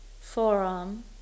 forearm